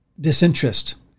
disinterest